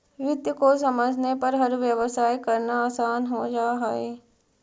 वित्त को समझने पर हर व्यवसाय करना आसान हो जा हई